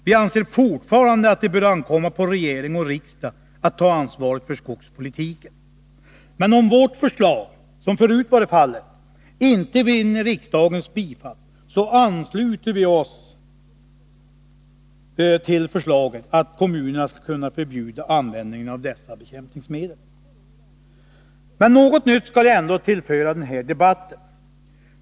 Vi anser fortfarande att det bör ankomma på regering och riksdag att ta ansvaret för skogspolitiken. Men om vårt förslag, så som förut varit fallet, inte vinner riksdagens bifall, ansluter vi oss till förslaget att kommunerna skall kunna förbjuda användningen av dessa bekämpningsmedel. Något nytt skall jag ändå tillföra den här debatten.